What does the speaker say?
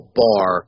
bar